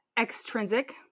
extrinsic